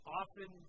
often